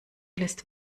lässt